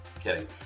Kidding